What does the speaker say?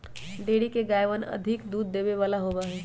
dairy के गायवन अधिक दूध देवे वाला होबा हई